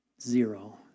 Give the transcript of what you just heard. Zero